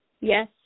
Yes